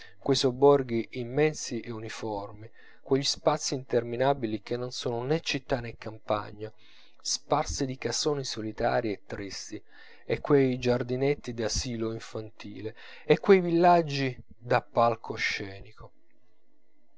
quei sobborghi immensi e uniformi quegli spazii interminabili che non sono nè città nè campagna sparsi di casoni solitarii e tristi e quei giardinetti da asilo infantile e quei villaggi da